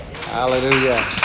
Hallelujah